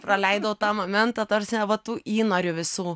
praleidau tą momentą ta prasme va tu įnorių visų